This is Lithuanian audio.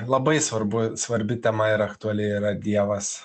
labai svarbu svarbi tema ir aktuali yra dievas